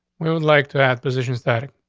we would like to add position static.